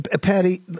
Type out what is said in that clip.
Patty